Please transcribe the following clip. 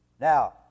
Now